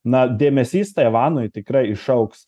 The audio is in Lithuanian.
na dėmesys taivanui tikrai išaugs